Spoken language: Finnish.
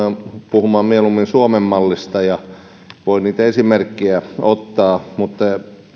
puhumaan mieluummin suomen mallista ja voin niitä esimerkkejä ottaa mutta